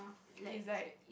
is like